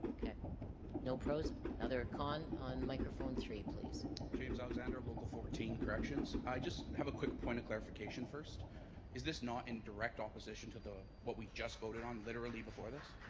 okay no-pros another con on microphone three please james alexander local fourteen corrections i just have a quick point of clarification first is this not in direct opposition to the what we've just voted on literally before this